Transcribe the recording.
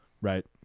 Right